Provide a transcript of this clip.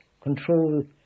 Control